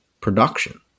production